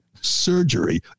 surgery